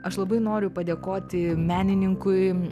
aš labai noriu padėkoti menininkui